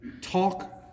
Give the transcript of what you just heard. talk